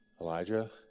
Elijah